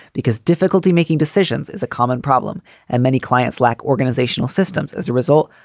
because difficulty making decisions is a common problem and many clients lack organizational systems as a result.